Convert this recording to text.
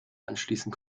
anschließen